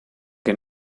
que